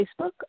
Facebook